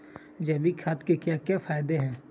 जैविक खाद के क्या क्या फायदे हैं?